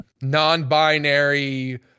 non-binary